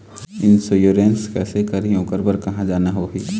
Insurance कैसे करही, ओकर बर कहा जाना होही?